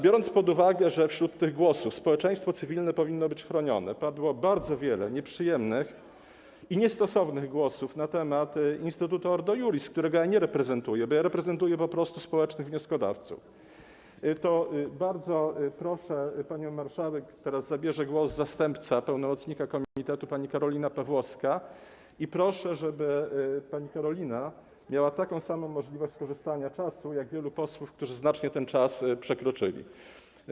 Biorąc też pod uwagę, że w debacie społeczeństwo cywilne powinno być chronione, a padło bardzo wiele nieprzyjemnych i niestosownych głosów na temat instytutu Ordo Iuris, którego ja nie reprezentuję, bo ja reprezentuję po prostu społecznych wnioskodawców, bardzo proszę panią marszałek, aby teraz głos zabrała zastępca pełnomocnika komitetu pani Karolina Pawłowska, i proszę, żeby pani Karolina Pawłowska miała taką samą możliwość skorzystania z czasu jak wielu posłów, którzy znacznie ten czas przekroczyli.